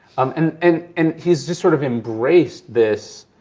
um and and and he's just sort of embraced this